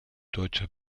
deutscher